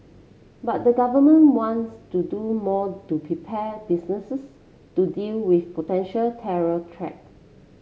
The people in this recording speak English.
but the government wants to do more to prepare businesses to deal with potential terror threat